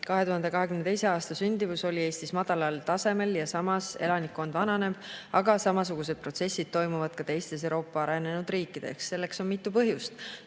2022. aasta sündimus oli Eestis madalal tasemel ja elanikkond vananeb. Samasugused protsessid toimuvad ka teistes Euroopa arenenud riikides. Selleks on mitu põhjust.